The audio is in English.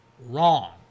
Wrong